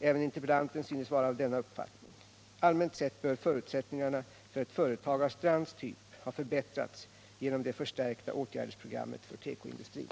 Även interpellanten synes vara av denna uppfattning. Allmänt sett bör förutsättningarna för ett företag av Strands typ ha förbättrats genom det förstärkta åtgärdsprogrammet för tekoindustrin.